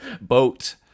boat